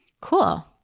Cool